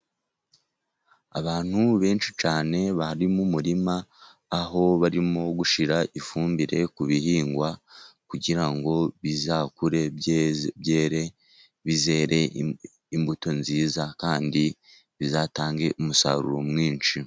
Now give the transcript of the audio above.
Abantu benshi cyane, bari mu muririma aho barimo gushyira ifumbire ku bihingwa, kugira ngo bizakure bizere imbuto nziza, kandi bizatange umusaruro mwinshi.